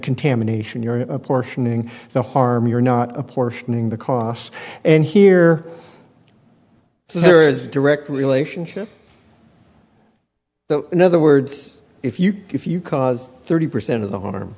contamination you're apportioning the harm you're not a portioning the costs and here so there is a direct relationship in other words if you if you cause thirty percent of the harm